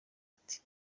ati